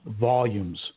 volumes